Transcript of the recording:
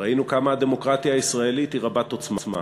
ראינו כמה הדמוקרטיה הישראלית היא רבת-עוצמה.